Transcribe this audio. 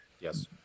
Yes